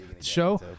show